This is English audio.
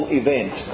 event